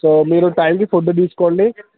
so మీరు టైంకి food తీసుకోండి